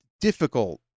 difficult